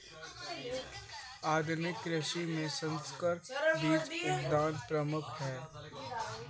आधुनिक कृषि में संकर बीज उत्पादन प्रमुख है